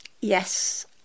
yes